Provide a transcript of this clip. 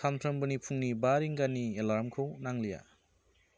सामफ्रोमबोनि फुंनि बा रिंगानि एलार्मखौ नांलिया